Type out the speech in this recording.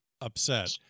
upset